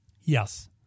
Yes